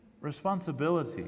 responsibility